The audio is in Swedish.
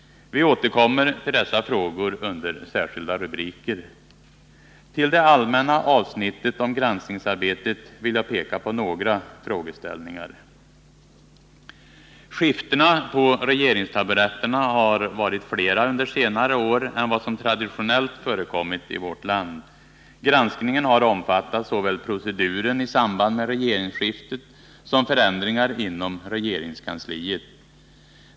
Vi återkommer till dessa frågor under särskilda rubriker. Till det allmänna avsnittet om granskningsarbetet vill jag peka på några frågeställningar. Skiftena på regeringstaburetterna har varit flera under senare år än vad som traditionellt förekommit i vårt land. Granskningen har omfattat såväl proceduren i samband med regeringsskiftet som förändringar inom regeringskansliet.